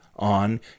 on